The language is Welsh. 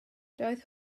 doedd